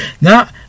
Now